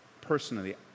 personally